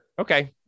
Okay